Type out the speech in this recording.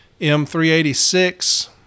M386